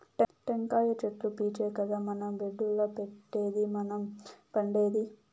టెంకాయ చెట్లు పీచే కదా మన బెడ్డుల్ల పెట్టేది మనం పండేది